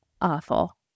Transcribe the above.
Awful